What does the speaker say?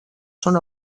són